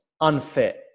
unfit